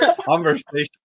conversation